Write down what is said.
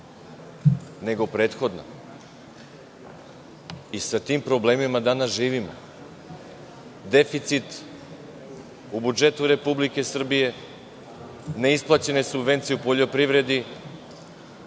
nego prethodna i sa tim problemima danas živimo. Deficit u budžetu Republike Srbije, neisplaćene subvencije u poljoprivredi,